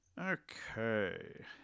Okay